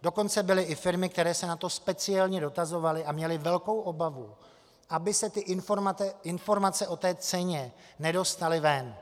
Dokonce byly i firmy, které se na to speciálně dotazovaly a měly velkou obavu, aby se informace o té ceně nedostaly ven.